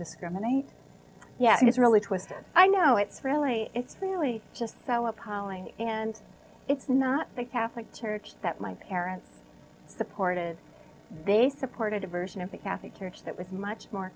discriminate yeah it's really twisted i know it's really it's really just so appalling and it's not the catholic church that my parents supported they supported a version of the catholic church that was much more